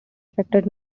affected